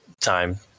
time